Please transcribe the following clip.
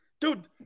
Dude